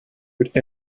wrote